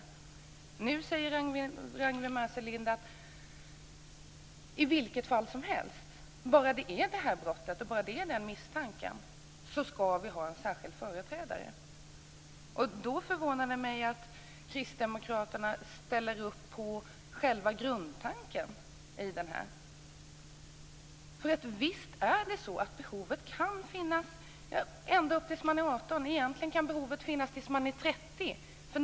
Ragnwi Marcelind sade att det ska utses en företrädare i vilket fall som helst. Bara det finns misstanke om detta brott ska det utses en särskild företrädare. Då förvånar det mig att Kristdemokraterna ställer sig bakom själva grundtanken. Visst kan det finnas ett behov ända upp till dess att barnet är 18 år. Egentligen kan det finnas ett behov ända till dess att man är 30 år.